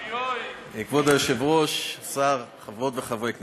כבוד היושב-ראש, השר, חברות וחברי הכנסת,